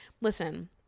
listen